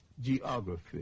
geography